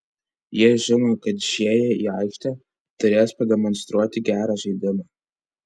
jie žino kad išėję į aikštę turės pademonstruoti gerą žaidimą